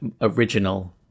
original